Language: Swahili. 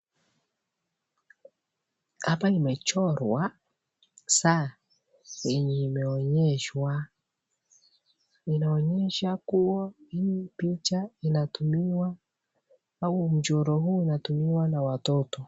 Hapa imechorwa saa yenye imeonyeshwa ,inaonyesha kuwa hii picha inatumiwa au mchoro huu unatumiwa na watoto.